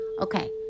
okay